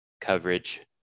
coverage